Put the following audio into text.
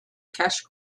cash